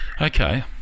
Okay